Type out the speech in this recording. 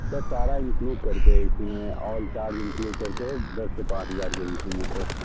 sir सारा include कर के है इसी में ऑल चार्ज इनक्लूड कर के दस से पाँच हज़ार के बीच में सर